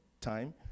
time